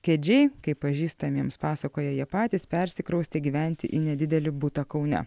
kedžiai kaip pažįstamiems pasakoja jie patys persikraustė gyventi į nedidelį butą kaune